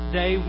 day